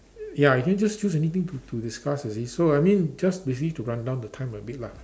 ya can you just choose anything to to discuss so I mean just basically to run down the time a bit lah